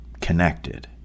connected